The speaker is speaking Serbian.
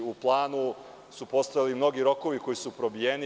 U planu su postojali mnogi rokovi koji su probijeni.